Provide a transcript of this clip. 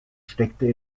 steckte